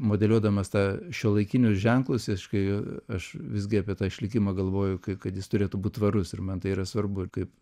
modeliuodamas tą šiuolaikinius ženklus iš kai aš visgi apie tą išlikimą galvoju kai kad jis turėtų būt tvarus ir man tai yra svarbu ir kaip